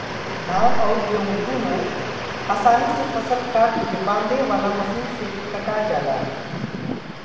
धान अउर गेंहू दुनों आसानी से फसल काट के बांधे वाला मशीन से कटा जाला